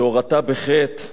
שהורתה בחטא